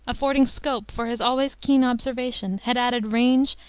affording scope for his always keen observation, had added range,